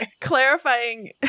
clarifying